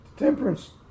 Temperance